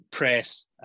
press